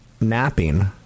napping